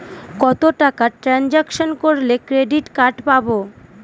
কত টাকা ট্রানজেকশন করলে ক্রেডিট কার্ড পাবো?